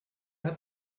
hat